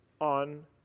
on